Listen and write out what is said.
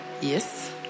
Yes